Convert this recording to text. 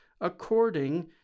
according